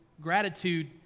gratitude